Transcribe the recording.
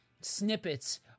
snippets